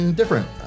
different